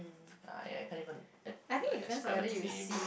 ya I can't even at~ like ascribe a name